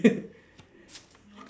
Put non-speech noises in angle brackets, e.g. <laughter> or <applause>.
<laughs>